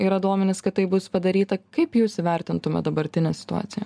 yra duomenys kad tai bus padaryta kaip jūs įvertintumėt dabartinę situaciją